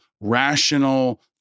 rational